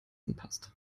anpasst